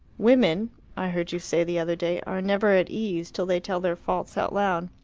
women i heard you say the other day are never at ease till they tell their faults out loud.